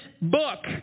book